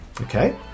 Okay